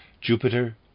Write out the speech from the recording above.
Jupiter